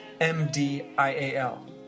M-D-I-A-L